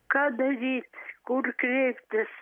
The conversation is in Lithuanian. ką daryti kur kreiptis